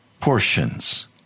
portions